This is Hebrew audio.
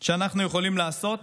שאנחנו יכולים לעשות